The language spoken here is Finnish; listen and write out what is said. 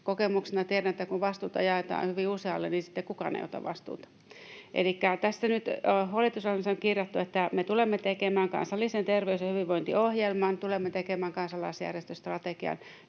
Kokemuksesta tiedän, että kun vastuuta jaetaan hyvin usealle, niin sitten kukaan ei ota vastuuta. Elikkä hallitusohjelmassa nyt on kirjattu, että me tulemme tekemään kansallisen terveys- ja hyvinvointiohjelman, tulemme tekemään kansalaisjärjestöstrategian,